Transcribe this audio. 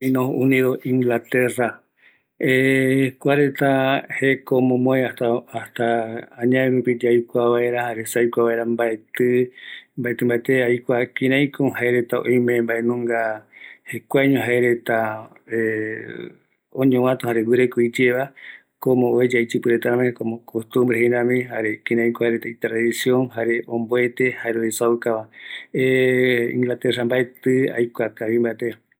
Reino unido, kuareta jeko omomoeva, mbaetɨ aikua oïme rako jaereta jekuaeño omomoe jeko arakae gueva iyɨpɨreta oeya supeva, oïme ko aipo